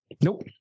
Nope